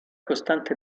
costante